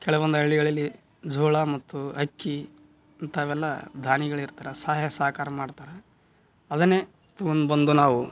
ಕೆಳಗೊಂದು ಹಳ್ಳಿಗಳಲ್ಲಿ ಜೋಳ ಮತ್ತು ಅಕ್ಕಿ ಇಂಥವೆಲ್ಲ ದಾನಿಗಳಿರ್ತಾರ ಸಹಾಯ ಸಹಕಾರ ಮಾಡ್ತಾರೆ ಅದನ್ನೇ ಒಂದು ಬಂದು ನಾವು